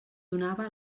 donava